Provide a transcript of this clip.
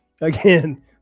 Again